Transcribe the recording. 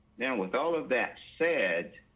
now with all of that said,